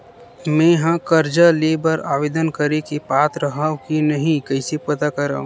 मेंहा कर्जा ले बर आवेदन करे के पात्र हव की नहीं कइसे पता करव?